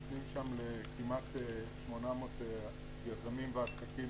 נותנים שם סיוע כמעט ל-800 יזמים ועסקים,